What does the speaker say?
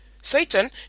Satan